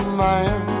man